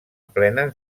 plenes